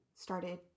started